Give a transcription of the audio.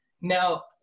Now